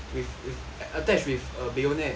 attached with a bayonet